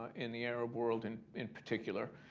in the arab world and in particular.